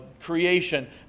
creation